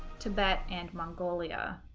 tibet, and mongolia,